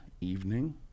evening